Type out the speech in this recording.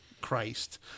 Christ